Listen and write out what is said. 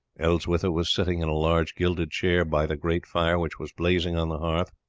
elswitha was sitting in a large gilded chair by the great fire which was blazing on the hearth.